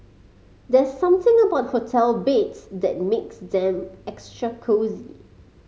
there's something about hotel beds that makes them extra cosy